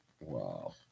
Wow